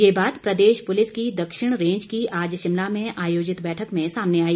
ये बात प्रदेश पुलिस की दक्षिण रेंज की आज शिमला में आयोजित बैठक में सामने आई